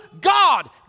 God